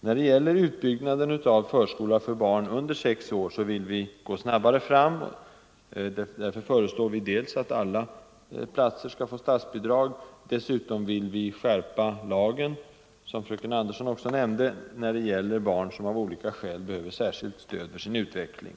När det gäller utbyggnaden av förskola för barn under sex år vill vi gå snabbare fram. Därför föreslår vi att alla platser skall få statsbidrag, och dessutom vill vi skärpa lagen — vilket fröken Andersson också nämnde — när det gäller barn som av olika skäl behöver särskilt stöd för sin utveckling.